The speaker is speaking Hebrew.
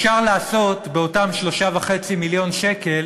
אפשר לעשות באותם 3.5 מיליארד שקלים